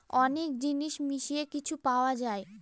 অনেক জিনিস মিশিয়ে কিছু পাওয়া যায়